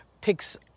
picks